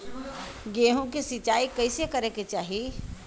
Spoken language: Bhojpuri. गेहूँ के सिंचाई कइसे करे के चाही?